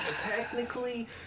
technically